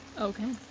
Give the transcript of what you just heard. Okay